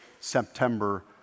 September